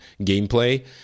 gameplay